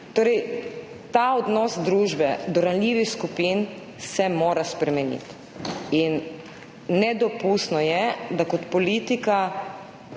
Ta odnos družbe do ranljivih skupin se mora spremeniti. Nedopustno je, da kot politika